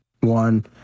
one